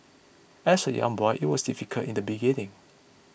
as a young boy it was difficult in the beginning